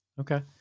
okay